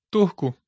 Turco